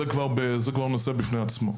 זה כבר נושא בפני עצמו.